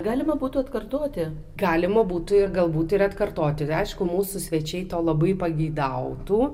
galima būtų atkartoti galima būtų ir galbūt ir atkartoti aišku mūsų svečiai to labai pageidautų